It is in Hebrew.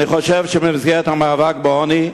אני חושב שבמסגרת המאבק בעוני,